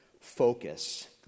focus